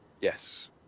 Yes